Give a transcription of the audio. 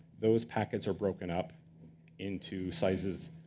those packets are broken up into sizes,